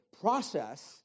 process